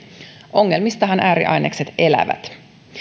ongelmistahan ääriainekset elävät